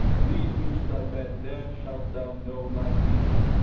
lead me to thy bed, there shalt thou know my meaning.